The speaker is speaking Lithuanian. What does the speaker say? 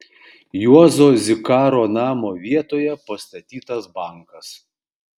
juozo zikaro namo vietoje pastatytas bankas